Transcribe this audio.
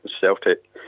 Celtic